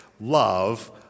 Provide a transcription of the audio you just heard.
love